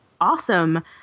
awesome